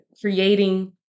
creating